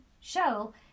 show